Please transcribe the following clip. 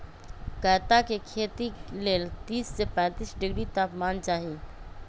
कैता के खेती लेल तीस से पैतिस डिग्री तापमान चाहि